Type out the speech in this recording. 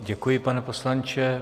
Děkuji, pane poslanče.